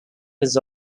was